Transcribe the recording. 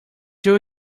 you